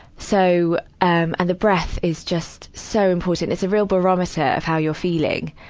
so, um and the breath is just so important. it's a real barometer of how you're feeling.